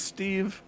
Steve